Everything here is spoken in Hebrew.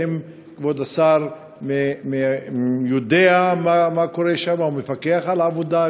האם כבוד השר יודע מה קורה שם ומפקח על העבודה?